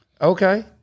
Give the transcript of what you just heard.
okay